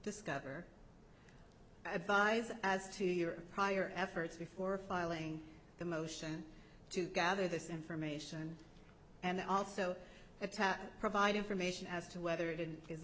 discover advise as to your prior efforts before filing the motion to gather this information and also provide information as to whether it i